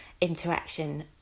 Interaction